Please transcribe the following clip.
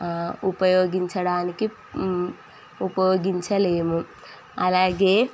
ఉపయోగించడానికి ఉపయోగించలేము అలాగే